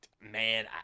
Man